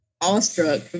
awestruck